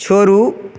छोड़ू